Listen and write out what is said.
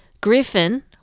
Griffin